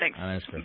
thanks